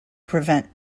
prevent